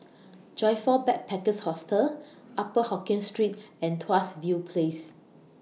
Joyfor Backpackers' Hostel Upper Hokkien Street and Tuas View Place